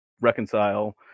reconcile